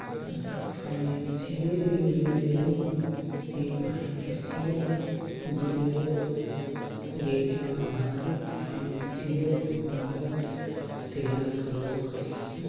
financial engineering मे financial engineer data आधारित financial models तैयार करो हय